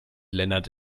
lennart